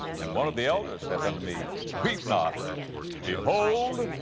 and one of the elders saith unto me, weep not behold,